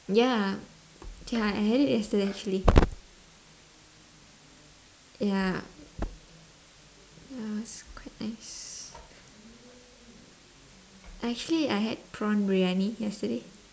ya ya I I had it yesterday actually ya it was quite nice actually I had prawn briyani yesterday